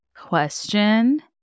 question